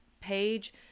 page